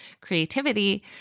creativity